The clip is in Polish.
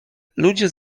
ludzie